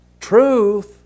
truth